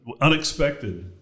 unexpected